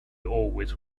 always